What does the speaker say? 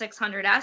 600S